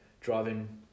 driving